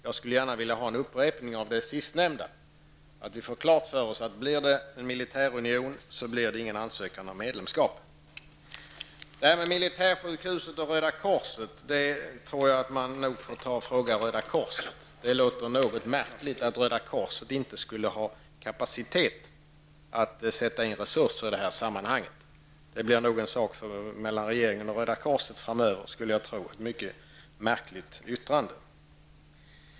Jag skulle gärna vilja ha en upprepning av det sistnämnda, dvs. att vi får klart för oss att om det blir en militärunion blir det ingen ansökan om medlemskap. När det gäller frågan om militärsjukhuset och Röda korset tror jag att man får vända sig till Röda korset med frågan. Det låter märkligt att Röda korset inte skulle ha kapacitet att sätta in resurser i det här sammanhanget. Jag tror att det blir en sak mellan Röda korset och regeringen framöver. Det är ett märkligt yttrande.